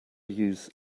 use